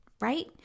right